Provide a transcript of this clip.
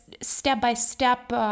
step-by-step